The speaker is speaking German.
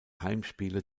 heimspiele